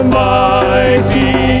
mighty